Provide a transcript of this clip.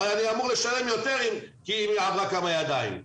הרי אני אמור לשלם יותר אם המוצר עבר כמה ידיים.